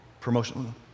promotion